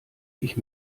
ich